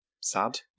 Sad